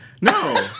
No